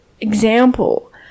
Example